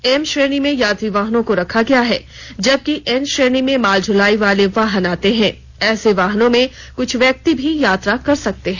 M श्रेणी में यात्री वाहनों को रखा गया है जबकि एन श्रेणी में मालदुलाई वाले वाहन आते हैं ऐसे वाहनों में कुछ व्यक्ति भी यात्रा कर सकते हैं